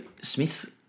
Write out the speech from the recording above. Smith